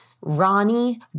Ronnie